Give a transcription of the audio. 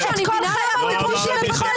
--- איך אתם לא מתביישים?